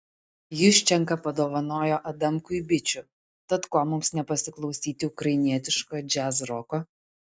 juščenka padovanojo adamkui bičių tad ko mums nepasiklausyti ukrainietiško džiazroko